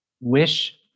wish